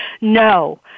No